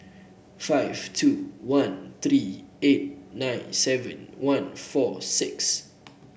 five two one three eight nine seven one four six